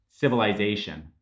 civilization